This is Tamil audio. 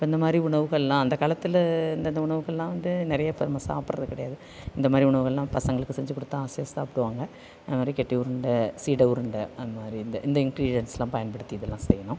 இப்போ இந்த மாதிரி உணவுகளெலாம் அந்த காலத்தில் இருந்த இந்த உணவுகளெலாம் வந்து நிறைய இப்போ நம்ம சாப்பிடுறது கிடையாது இந்த மாதிரி உணவுகளெலாம் பசங்களுக்கு செஞ்சு கொடுத்தா ஆசையாக சாப்பிடுவாங்க இந்த மாதிரி கெட்டி உருண்டை சீடை உருண்டை அது மாதிரி இந்த இந்த இன்கிரிடியன்ஸலாம் பயன்படுத்தி இதலாம் செய்யணும்